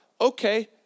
Okay